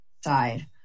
side